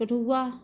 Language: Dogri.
कठुआ